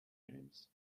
names